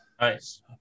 Nice